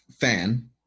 fan